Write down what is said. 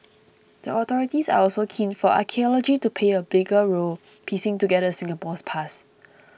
the authorities are also keen for archaeology to play a bigger role piecing together Singapore's past